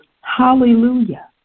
hallelujah